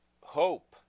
Hope